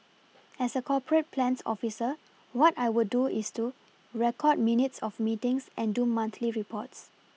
as a corporate plans officer what I would do is to record minutes of meetings and do monthly reports